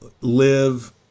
live